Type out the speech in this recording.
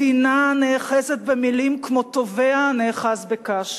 מדינה הנאחזת במלים כמו טובע הנאחז בקש.